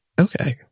Okay